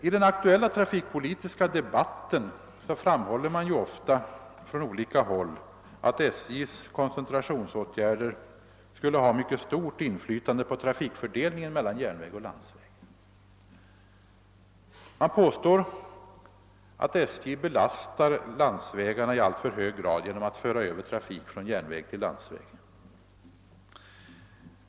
I den aktuella trafikpolitiska debatten framhålles ofta från olika håll att SJ:s koncentrationsåtgärder skulle ha stort inflytande på trafikfördelningen mellan järnväg och landsväg. Man påstår att SJ belastar landsvägarna i alltför hög grad genom att föra över trafik från järnväg till landsväg.